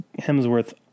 Hemsworth